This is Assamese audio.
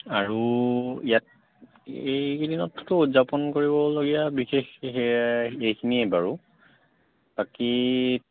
আৰু ইয়াত এইকেইদিনততো উদযাপন কৰিবলগীয়া বিশেষ সেয়াই সেইখিনিয়ে বাৰু বাকী